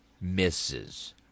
misses